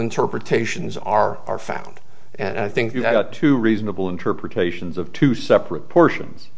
interpretations are are found and i think you've got two reasonable interpretations of two separate portions